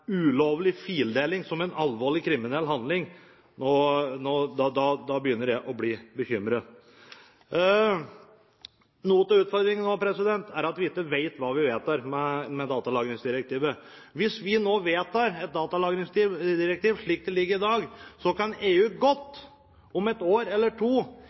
Ulovlig fildeling som en alvorlig kriminell handling – da begynner jeg å bli bekymret. En av utfordringene nå er at vi ikke vet hva vi vedtar med datalagringsdirektivet. Hvis vi nå vedtar et datalagringsdirektiv slik det foreligger i dag, kan EU godt om et år eller to